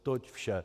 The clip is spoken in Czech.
Toť vše.